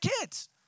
kids